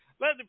Let